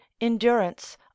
endurance